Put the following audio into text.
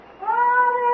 Father